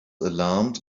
alarmed